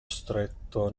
stretto